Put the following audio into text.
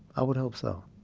i would hope so.